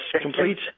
complete